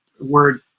word